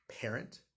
parent